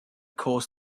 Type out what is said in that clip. caused